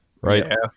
Right